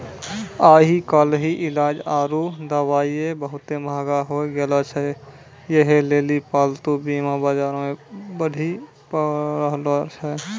आइ काल्हि इलाज आरु दबाइयै बहुते मंहगा होय गैलो छै यहे लेली पालतू बीमा बजारो मे बढ़ि रहलो छै